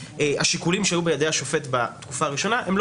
השיקולים שהיו בידי השופט בתקופה הראשונה הם לא